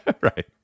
right